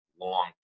long